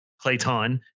Clayton